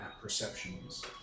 perceptions